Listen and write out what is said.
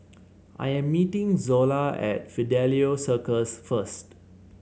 I am meeting Zola at Fidelio Circus first